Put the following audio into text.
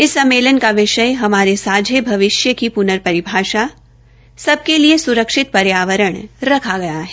इस सम्मेलन का विषय हमारे सांझे भविष्य की पुनर परिभाषा सब के लिलए सुरक्षित पर्यावरण रखा गया है